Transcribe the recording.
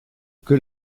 que